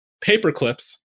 Paperclips